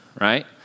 right